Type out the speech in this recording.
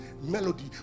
melody